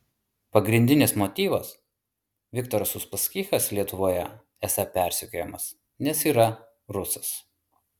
pagrindinis motyvas viktoras uspaskichas lietuvoje esą persekiojamas nes yra rusas